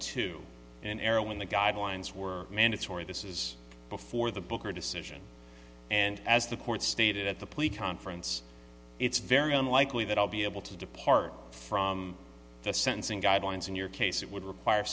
two an era when the guidelines were mandatory this is before the booker decision and as the court stated that the police conference it's very unlikely that i'll be able to depart from the sentencing guidelines in your case it would require